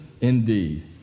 indeed